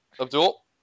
Abdul